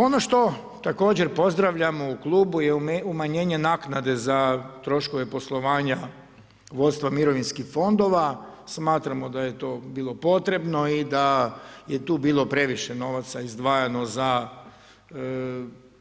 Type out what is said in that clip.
Ono što također pozdravljamo u klubu je umanjenje naknade za troškove poslovanja vodstva mirovinskih fondova, smatramo da je to bilo potrebno i da je tu bilo previše novaca izdvajano za